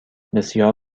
بسیار